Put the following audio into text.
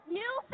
new